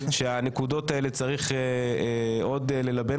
שאת הנקודות האלה צריך עוד ללבן,